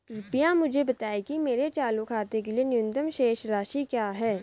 कृपया मुझे बताएं कि मेरे चालू खाते के लिए न्यूनतम शेष राशि क्या है